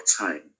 time